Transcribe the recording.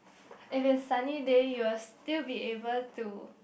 if is sunny day you will still be able to